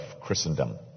Christendom